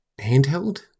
handheld